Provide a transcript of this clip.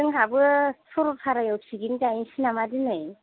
जोंहाबो सरलपारायाव पिकनिक जाहैनोसै नामा दिनै